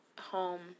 home